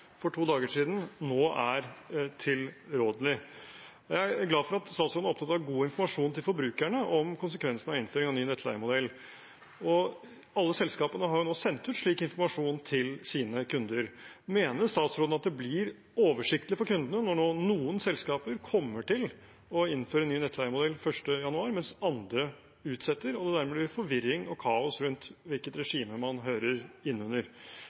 opptatt av god informasjon til forbrukerne om konsekvensene av innføring av ny nettleiemodell. Alle selskapene har nå sendt ut slik informasjon til sine kunder. Mener statsråden at det blir oversiktlig for kundene når noen selskaper kommer til å innføre ny nettleiemodell 1. januar, mens andre utsetter – og det dermed blir forvirring og kaos rundt hvilket regime man hører innunder?